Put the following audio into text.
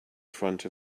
front